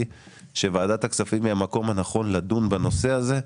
שוועדת הכספים היא המקום הנכון לדון בנושא הזה.